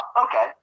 okay